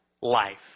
life